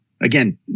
Again